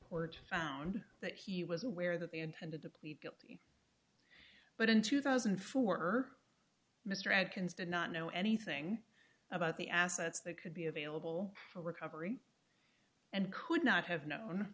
porch found that he was aware that they intended to plead guilty but in two thousand and four mr adkins did not know anything about the assets that could be available for recovery and could not have known